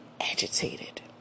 agitated